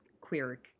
queer